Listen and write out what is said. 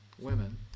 women